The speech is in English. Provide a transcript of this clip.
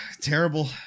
terrible